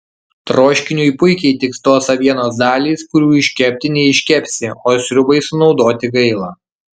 troškiniui puikiai tiks tos avienos dalys kurių iškepti neiškepsi o sriubai sunaudoti gaila